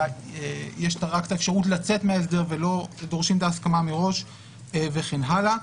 יש את האפשרות לצאת מההסדר ולא דורשים את ההסכמה מראש וכן הלאה.